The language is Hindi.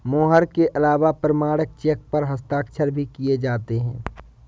मोहर के अलावा प्रमाणिक चेक पर हस्ताक्षर भी किये जाते हैं